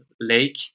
lake